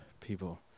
people